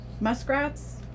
muskrats